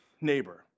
neighbor